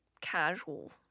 casual